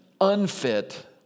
unfit